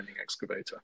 excavator